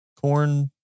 Corn